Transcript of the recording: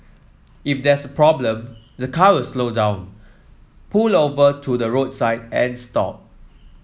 if there's a problem the car will slow down pull over to the roadside and stop